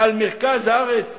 על מרכז הארץ